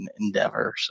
endeavor